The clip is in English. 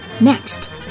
Next